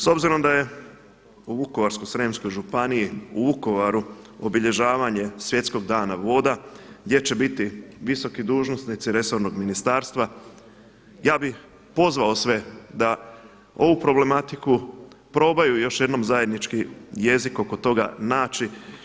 S obzirom da je u Vukovarsko-srijemskoj županiji, u Vukovaru obilježavanje Svjetskog dana voda gdje će biti visoki dužnosnici resornog ministarstva, ja bih pozvao sve da ovu problematiku probaju još jednom zajednički jezik oko toga naći.